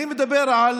אני מדבר על